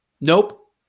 Nope